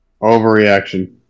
overreaction